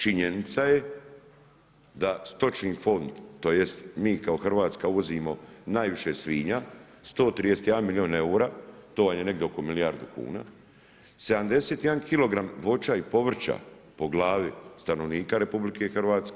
Činjenica je da stočni fond tj. mi kao Hrvatska uvozimo najviše svinja 131 milijun eura, to vam je negdje oko milijardu kuna, 71 kg voća i povrća po glavi stanovnika RH.